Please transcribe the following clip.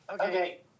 Okay